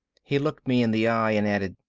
he looked me in the eye and added,